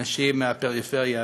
אנשים מהפריפריה,